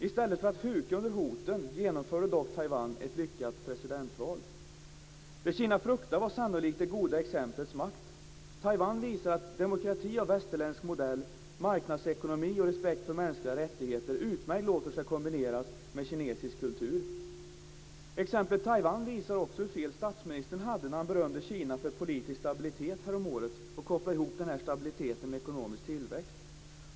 I stället för att huka under hoten genomförde dock Taiwan ett lyckat presidentval. Det som Kina fruktade var sannolikt det goda exemplets makt. Taiwan visar att demokrati av västerländsk modell, marknadsekonomi och respekt för mänskliga rättigheter utmärkt låter sig kombineras med kinesisk kultur. Exemplet Taiwan visar också hur fel statsministern hade när han berömde Kina för politisk stabilitet häromåret, och kopplade ihop stabiliteten med ekonomisk tillväxt.